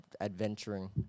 adventuring